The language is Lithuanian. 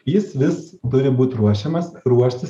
jis vis turi būt ruošiamas ruoštis